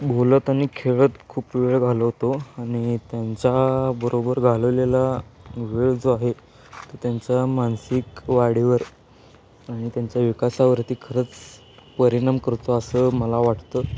बोलत आणि खेळत खूप वेळ घालवतो आणि त्यांच्याबरोबर घालवलेला वेळ जो आहे तो त्यांच्या मानसिक वाढीवर आणि त्यांच्या विकासावरती खरंच परिणाम करतो असं मला वाटतं